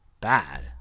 bad